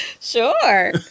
Sure